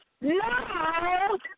no